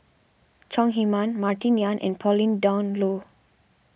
Chong Heman Martin Yan and Pauline Dawn Loh